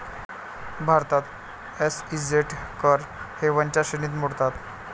भारतात एस.ई.झेड कर हेवनच्या श्रेणीत मोडतात